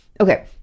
Okay